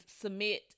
submit